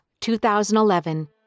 2011